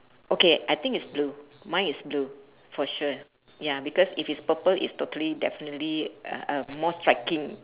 okay I think it's blue mine is blue for sure ya because if it's purple its totally definitely uh more striking